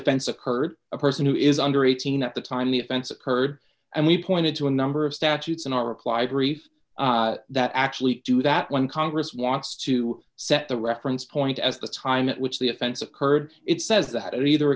offense occurred a person who is under eighteen at the time the offense occurred and we pointed to a number of statutes in our reply brief that actually do that when congress wants to set the reference point at the time at which the offense occurred it says that either